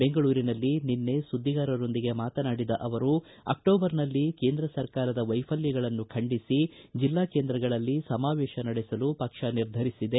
ಬೆಂಗಳೂರಿನಲ್ಲಿ ನಿನ್ನೆ ಸುದ್ದಿಗಾರರೊಂದಿಗೆ ಮಾತನಾಡಿದ ಅವರು ಅಕ್ಟೋಬರ್ನಲ್ಲಿ ಕೇಂದ್ರ ಸರ್ಕಾರದ ವೈಪಲ್ಯಗಳನ್ನು ಖಂಡಿಸಿ ಜಿಲ್ಲಾ ಕೇಂದ್ರಗಳಲ್ಲಿ ಸಮಾವೇತ ನಡೆಸಲು ಪಕ್ಷ ನಿರ್ಧರಿಸಿದೆ